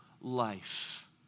life